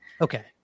okay